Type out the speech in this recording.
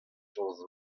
chañs